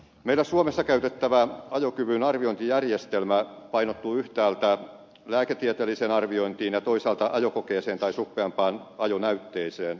meillä suomessa käytettävä ajokyvyn arviointijärjestelmä painottuu yhtäältä lääketieteelliseen arviointiin ja toisaalta ajokokeeseen tai suppeampaan ajonäytteeseen